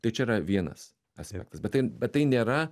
tai čia yra vienas aspektas bet tai bet tai nėra